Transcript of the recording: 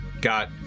got